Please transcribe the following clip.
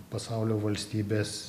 pasaulio valstybes